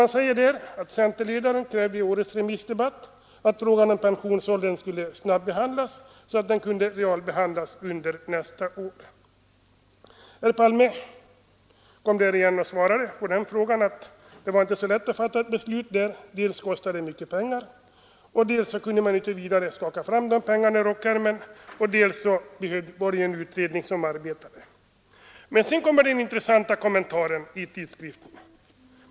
Det sägs där att centerledaren i årets remissdebatt krävde att frågan om pensionsåldern skulle snabbehandlas, så att den kunde realbehandlas under nästa år. Herr Palme anförde att det inte var så lätt att fatta något beslut: dels skulle reformen kosta mycket pengar, dels kunde man inte utan vidare skaka fram de pengarna ur rockärmen och dels arbetade en utredning med dessa frågor. Sedan kommer den intressanta kommentaren i tidskriften.